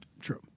True